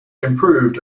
improved